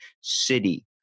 City